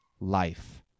life